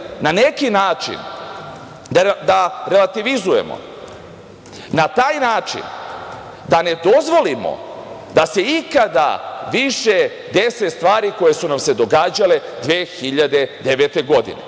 na neki način da relativizujemo, na taj način da ne dozvolimo da se ikada više dese stvari koje su nam se događale 2009. godine. Zato